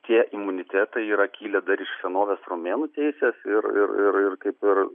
tie imunitetai yra kilę dar iš senovės romėnų teisės ir ir ir kaip ir